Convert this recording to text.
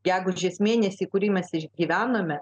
gegužės mėnesį kurį mes išgyvenome